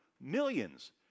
millions